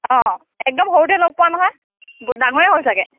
অঁ একদম সৰুতে লগ পোৱা নহয় ডাঙৰেই হ'ল চাগে